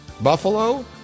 Buffalo